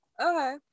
Okay